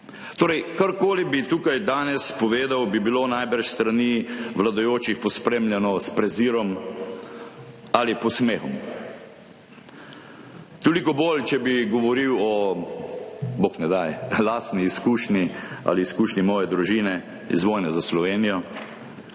Torej, karkoli bi tukaj danes povedal, bi bilo najbrž s strani vladajočih pospremljeno s prezirom ali posmehom. Toliko bolj, če bi govoril o, bog ne daj, lastni izkušnji ali izkušnji svoje družine iz vojne za Slovenijo.